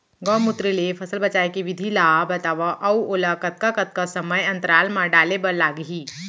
गौमूत्र ले फसल बचाए के विधि ला बतावव अऊ ओला कतका कतका समय अंतराल मा डाले बर लागही?